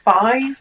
five